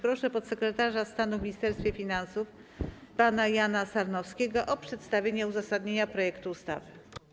Proszę podsekretarza stanu w Ministerstwie Finansów pana Jana Sarnowskiego o przedstawienie uzasadnienia projektu ustawy.